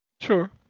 Sure